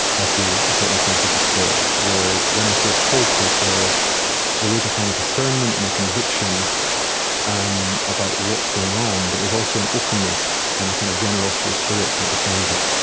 i feel a certain sense of despair, whereas, when i feel hope is where there is a kind of discernment and a conviction um about what's going on, but there's also an openness and a kind of generosity of spirit that defines it